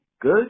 Good